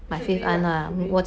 it should be lah should be